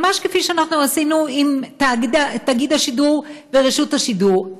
ממש כפי שאנחנו עשינו עם תאגיד השידור ורשות השידור,